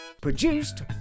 produced